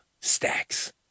stacks